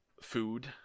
food